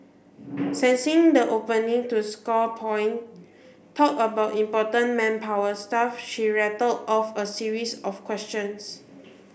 sensing the opening to score point talk about important manpower stuff she rattle off a series of questions